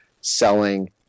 selling